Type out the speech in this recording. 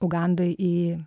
ugandoj į